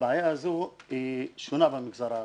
הבעיה הזו שונה במגזר הערבי,